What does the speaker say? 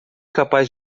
capaz